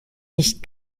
nicht